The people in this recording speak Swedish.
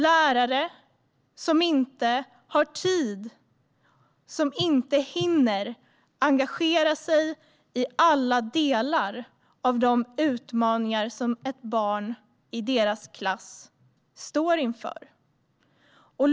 Jag har mött lärare som inte hinner engagera sig i alla utmaningar som barn i deras klasser står inför.